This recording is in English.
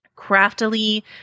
craftily